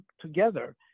together